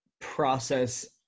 process